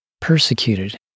persecuted